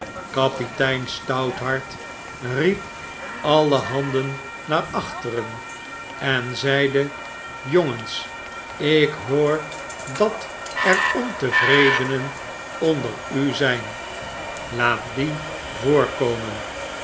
kapitein stouthart riep alle handen naar achter en zeide jongens ik hoor dat er ontevredenen onder u zp laat die voorkomen